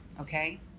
Okay